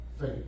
Faith